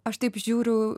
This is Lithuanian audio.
aš taip žiūriu